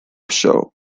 show